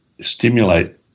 stimulate